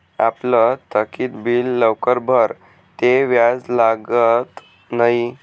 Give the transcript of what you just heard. आपलं थकीत बिल लवकर भरं ते व्याज लागत न्हयी